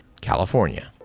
California